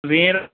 वीहें रुपिये